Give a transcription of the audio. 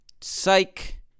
psych